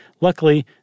Luckily